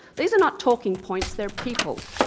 these are not talking points they're people.